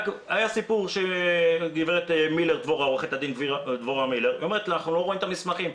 היה סיפור של גברת דבורה מילר שאומרת 'אנחנו לא רואים את המסמכים',